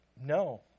no